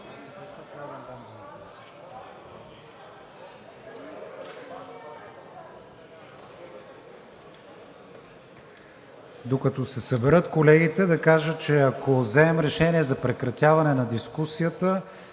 Докато се съберат колегите, да кажа, че ако вземем решение за прекратяване на дискусията,